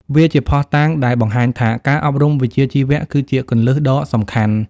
វាជាភស្តុតាងដែលបង្ហាញថាការអប់រំវិជ្ជាជីវៈគឺជាគន្លឹះដ៏សំខាន់។